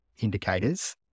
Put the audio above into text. indicators